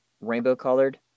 rainbow-colored